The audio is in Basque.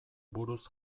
buruz